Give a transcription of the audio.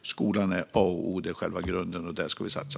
Skolan är A och O - den är själva grunden, och där ska vi satsa.